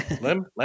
Lim